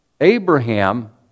Abraham